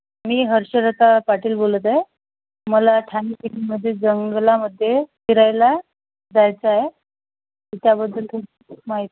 मी हर्षलता पाटील बोलत आहे मला ठाणेपिणीमध्ये जंगलामध्ये फिरायला जायचं आहे त्याच्याबद्दल खूप माहिती